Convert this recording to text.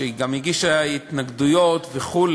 שגם הגישה התנגדויות וכו',